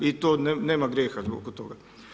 I to nema grijeha oko toga.